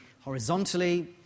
horizontally